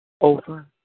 over